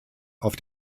auf